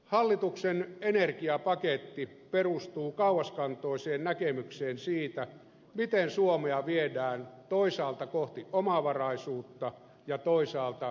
hallituksen energiapaketti perustuu kauaskantoiseen näkemykseen siitä miten suomea viedään toisaalta kohti omavaraisuutta ja toisaalta kohti päästöttömyyttä